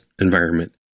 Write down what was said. environment